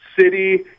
city